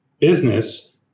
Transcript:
business